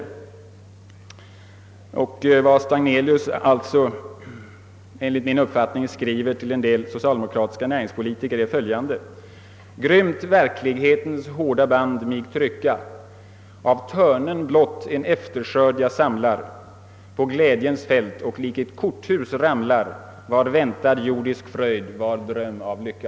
Vad Stagnelius enligt min uppfattning skriver till en del socialdemokratiska näringspolitiker är följande: »Grymt verklighetens hårda band mig trycka, av törnen blott en efterskörd jag samlar på glädjens fält och likt ett korthus ramlar var väntad jordisk fröjd, var dröm av lycka.»